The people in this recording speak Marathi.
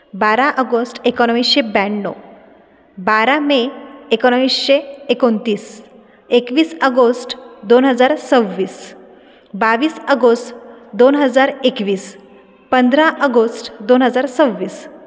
बारा अगोस्ट एकोणवीसशे ब्याण्णव बारा मे एकोणवीसशे एकोणतीस एकवीस अगोस्ट दोन हजार सव्वीस बावीस अगोस्ट दोन हजार एकवीस पंधरा अगोस्ट दोन हजार सव्वीस